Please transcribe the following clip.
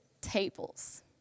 tables